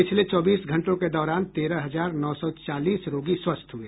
पिछले चौबीस घंटों के दौरान तेरह हजार नौ सौ चालीस रोगी स्वस्थ हुए